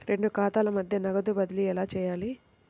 రెండు ఖాతాల మధ్య నగదు బదిలీ ఎలా చేయాలి?